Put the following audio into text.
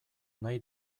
nahi